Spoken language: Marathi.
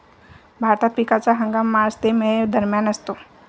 भारतात पिकाचा हंगाम मार्च ते मे दरम्यान असतो